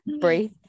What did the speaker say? breathe